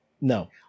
no